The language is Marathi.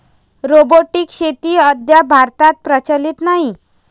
रोबोटिक शेती अद्याप भारतात प्रचलित नाही